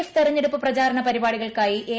F ്തെർഞ്ഞെടുപ്പ് പ്രചാരണ പരിപാടികൾക്കായി എം